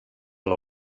los